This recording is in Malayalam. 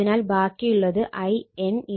അതിനാൽ ബാക്കിയുള്ളത് In 0 ആണ്